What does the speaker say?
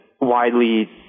widely